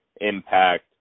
impact